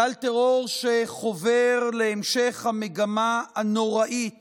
גל טרור שחובר להמשך המגמה הנוראית